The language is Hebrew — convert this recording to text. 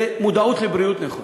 למודעות לבריאות נכונה,